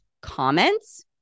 comments